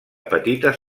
petites